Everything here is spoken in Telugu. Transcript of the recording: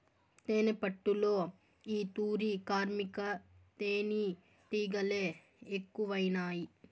తేనెపట్టులో ఈ తూరి కార్మిక తేనీటిగలె ఎక్కువైనాయి